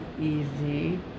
easy